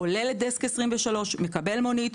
עולה לדסק 23. מקבל מונית,